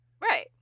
Right